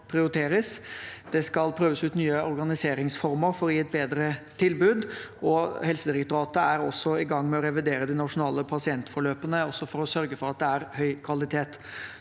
det skal prøves ut nye organiseringsformer for å gi et bedre tilbud, og Helsedirektoratet er også i gang med å revidere de nasjonale pasientforløpene for å sørge for at det er høy kvalitet.